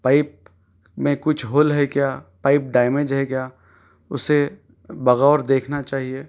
pipe میں کچھ hole ہے کیا پئپ ڈیمج ہے کیا اسے بغور دیکھنا چاہیے